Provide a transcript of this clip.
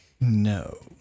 No